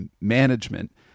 management